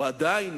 הוא עדיין